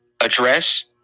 address